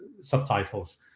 subtitles